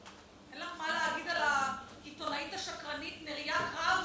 אין לך מה להגיד על העיתונאית השקרנית נריה קראוס,